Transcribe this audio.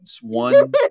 one